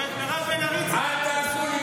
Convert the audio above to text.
גם את מירב בן ארי ציטטו, אל תעשו לי